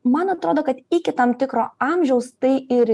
man atrodo kad iki tam tikro amžiaus tai ir